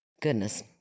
goodness